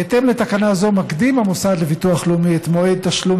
בהתאם לתקנה זו מקדים המוסד לביטוח לאומי את מועד תשלום